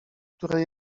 które